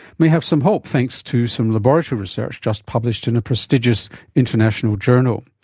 may have some hope thanks to some laboratory research just published in a prestigious international journal.